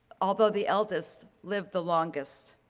although the eldest, lived the longest.